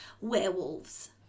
werewolves